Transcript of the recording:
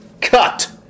Cut